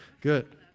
Good